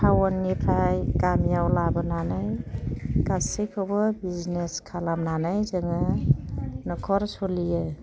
टाउननिफ्राय गामियाव लाबोनानै गासैखौबो बिजिनेस खालामनानै जोङो नखर सोलियो